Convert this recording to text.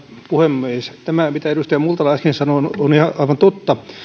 puhemies tämä mitä edustaja multala äsken sanoi on aivan totta